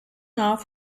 off